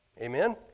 Amen